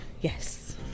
Yes